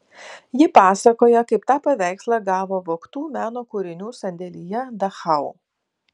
ji pasakoja kaip tą paveikslą gavo vogtų meno kūrinių sandėlyje dachau